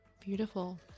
Beautiful